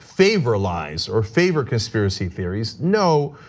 favor lies or favor conspiracy theories, no,